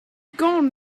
gone